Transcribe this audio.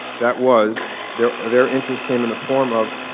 that was their their interest, came in the form of